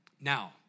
Now